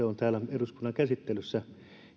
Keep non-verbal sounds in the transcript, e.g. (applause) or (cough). (unintelligible) on täällä eduskunnan käsittelyssä